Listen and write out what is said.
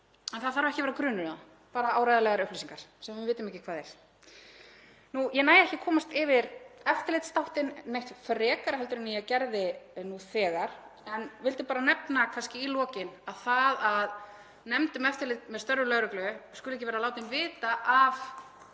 En það þarf ekki að vera grunur um það, bara áreiðanlegar upplýsingar sem við vitum ekki hvað er. Ég næ ekki að komast yfir eftirlitsþáttinn neitt frekar en ég hef gert nú þegar en ég vildi bara nefna í lokin að það að nefnd um eftirlit með störfum lögreglu skuli ekki vera látin vita af